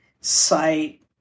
site